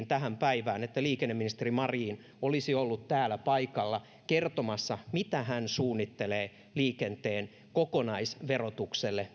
tähän päivään että liikenneministeri marin olisi ollut täällä paikalla kertomassa minkälaisia ratkaisuja hän suunnittelee liikenteen kokonaisverotukselle